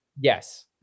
yes